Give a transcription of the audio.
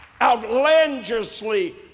outlandishly